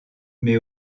mais